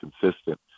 consistent